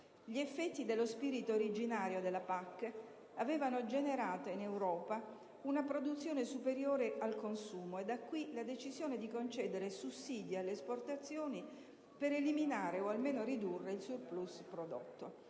Gli effetti dello spirito originario della PAC avevano generato in Europa una produzione superiore al consumo: da qui la decisione di concedere sussidi alle esportazioni, per eliminare o almeno ridurre il *surplus* prodotto.